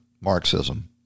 Marxism